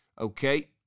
Okay